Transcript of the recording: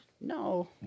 No